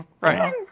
Right